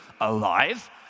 alive